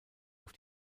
auf